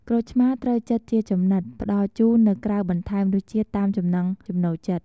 ក្រូចឆ្មារត្រូវចិតជាចំណិត ផ្តល់ជូននៅក្រៅបន្ថែមរសជាតិតាមចំណង់ចំណូលចិត្ត។